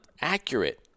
accurate